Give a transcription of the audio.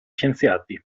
scienziati